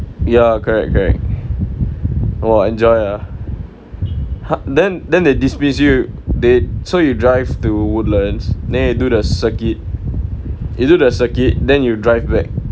ya correct correct !wah! enjoy ah h~ then then they dismiss you they so you drive to woodlands then you do the circuit you do the circuit then you drive back